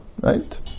right